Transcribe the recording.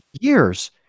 years